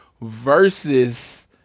versus